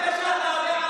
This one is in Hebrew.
תעלה על הבמה